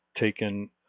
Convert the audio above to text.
taken